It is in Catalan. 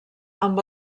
amb